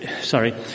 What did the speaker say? sorry